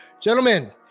gentlemen